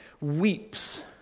weeps